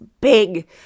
big